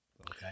Okay